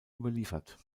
überliefert